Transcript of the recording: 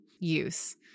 use